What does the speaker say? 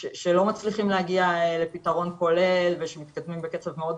שלא מצליחים להגיע לפתרון כולל ושמתקדמים בקצב מאוד